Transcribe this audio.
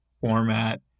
format